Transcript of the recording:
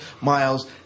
Miles